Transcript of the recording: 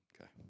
okay